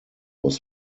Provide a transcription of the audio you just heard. was